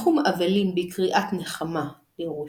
אמירת סדר קרבן פסח בערב פסח